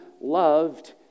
loved